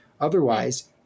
Otherwise